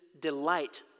delight